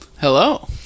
Hello